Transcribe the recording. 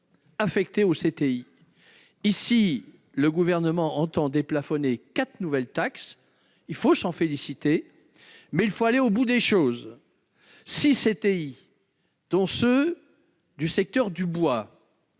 affectées aux CTI. En l'espèce, le Gouvernement entend déplafonner quatre nouvelles taxes. Nous devons nous en féliciter, mais il faut aller au bout des choses. Six CTI, dont ceux du secteur du bois,